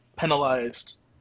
penalized